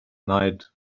night